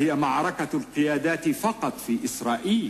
במליאת הכנסת ב-20 בנובמבר 1977 בשפה הערבית,